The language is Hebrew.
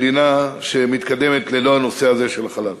על מדינה שמתקדמת ללא הנושא הזה, של החלל.